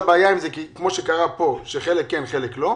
בעיה עם זה כמו שקרה פה שחלק כן וחלק לא.